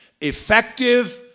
Effective